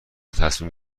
تصمیم